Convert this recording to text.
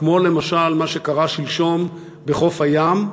כמו למשל מה שקרה שלשום בחוף הים,